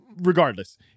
regardless